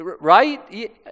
Right